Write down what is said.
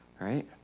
Right